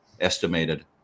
estimated